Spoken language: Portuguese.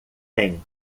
tem